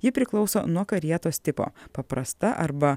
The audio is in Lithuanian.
ji priklauso nuo karietos tipo paprasta arba